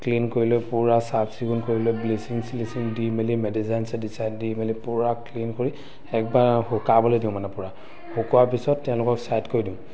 clean কৰি লৈ পূৰা চাফচিকুণ কৰি লৈ ব্লিচিং শ্লিচিং দি মেলি মেডিচাইন চেডিচাইন দি মেলি পূৰা ক্লিন কৰি একবাৰ শুকাবলৈ দিওঁ মানে পূৰা শুকোৱাৰ পিছত তেওঁলোকক চাইড কৰি দিওঁ